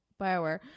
bioware